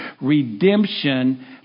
redemption